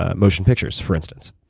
ah motion pictures, for instance?